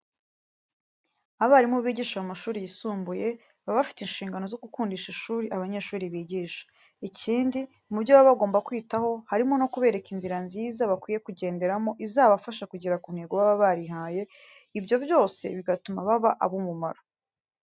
Abarimu bigisha mu mashuri yisumbuye, baba bafite inshingano zo gukundisha ishuri abanyeshuri bigisha. Ikindi, mu byo baba bagomba kwitaho harimo no kubereka inzira nziza bakwiye kugenderamo izabafasha kugera ku ntego baba barihaye, ibyo byose bigatuma baba ab'umumaro.